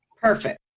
Perfect